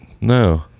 No